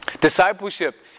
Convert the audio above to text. Discipleship